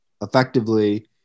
effectively